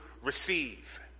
receive